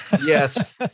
Yes